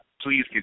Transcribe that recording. Please